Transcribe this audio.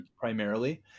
primarily